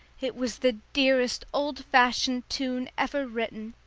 it was the dearest old-fashioned tune ever written,